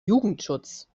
jugendschutz